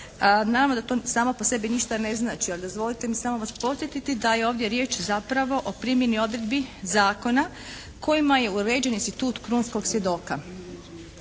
Navodno da to samo po sebi ništa ne znači ali dozvolite mi samo vas podsjetiti da je ovdje riječ zapravo o primjeni odredbi zakona kojima je uređen institut krunskog svjedoka,